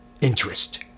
interest